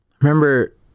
remember